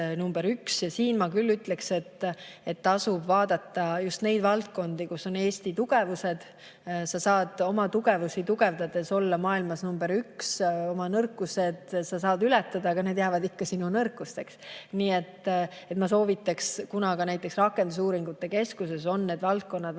Siin ma küll ütleksin, et tasub vaadata just neid valdkondi, kus Eesti on tugev. Sa saad oma tugevust veelgi tugevdades olla maailmas number üks. Oma nõrkused sa saad ületada, aga need jäävad ikka sinu nõrkusteks. Nii et ma soovitaks, et näiteks rakendusuuringute keskuses on need valdkonnad välja